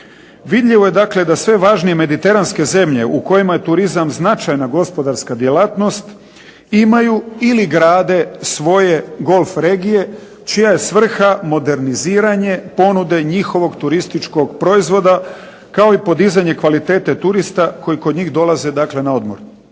Vidljivo je dakle da sve važnije mediteranske zemlje u kojima je turizam značajna gospodarska djelatnost imaju ili grade svoje golf regije čija je svrha moderniziranje ponude njihovog turističkog proizvoda, kao i podizanje kvalitete turista koji kod njih dolaze dakle na odmor.